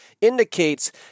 indicates